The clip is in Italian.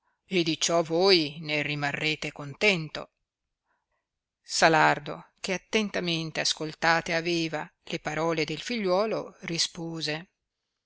e di ciò voi ne rimarrete contento salardo che attentamente ascoltate aveva le parole del figliuolo rispose